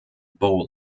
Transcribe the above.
bowl